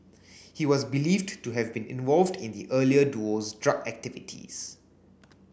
he was believed to have been involved in the earlier duo's drug activities